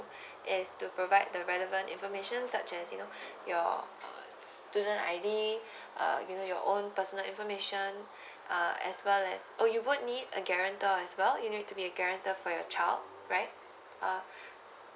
is to provide the relevant information such as you know your student I D uh you know your own personal information uh as well as oh you would need a guarantor as well you will need to be a guarantor for your child right uh